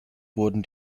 wurden